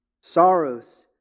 sorrows